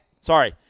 sorry